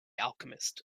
alchemist